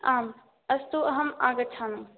आम् अस्तु अहम् आगच्छामि